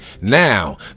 now